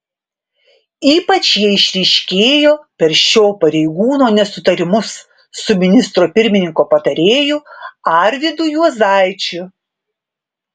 ypač jie išryškėjo per šio pareigūno nesutarimus su ministro pirmininko patarėju arvydu juozaičiu